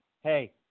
Hey